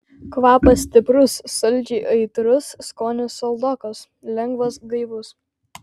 kvapas stiprus saldžiai aitrus skonis saldokas lengvas gaivus